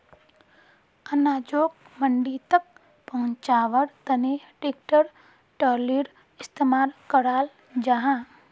अनाजोक मंडी तक पहुन्च्वार तने ट्रेक्टर ट्रालिर इस्तेमाल कराल जाहा